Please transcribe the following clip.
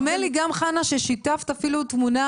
נדמה לי גם חנה ששיתפת אפילו תמונה,